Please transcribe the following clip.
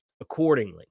accordingly